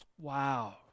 Wow